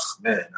man